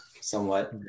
somewhat